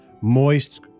moist